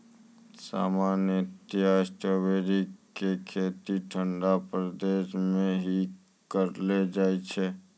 सामान्यतया स्ट्राबेरी के खेती ठंडा प्रदेश मॅ ही करलो जाय छै